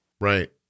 Right